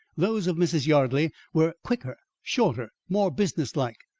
those of mrs. yardley were quicker, shorter, more businesslike.